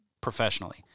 professionally